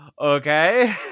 okay